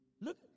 Look